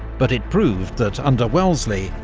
but it proved that under wellesley,